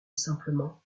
simplement